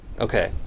Okay